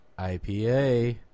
ipa